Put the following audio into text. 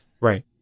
Right